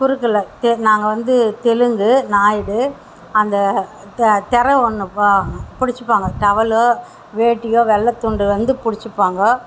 குறுக்கில் நாங்கள் வந்து தெலுங்கு நாயுடு அந்த திரை ஒன்று பிடுச்சிப்பாங்க டவலோ வேட்டியோ வெள்ளைத்துண்டு வந்து பிடிச்சிப்பாங்க